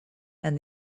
and